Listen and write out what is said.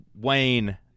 Wayne